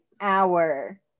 hour